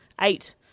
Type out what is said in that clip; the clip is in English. eight